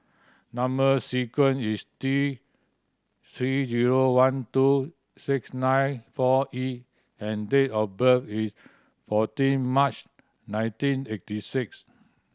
number sequence is T Three zero one two six nine four E and date of birth is fourteen March nineteen eighty six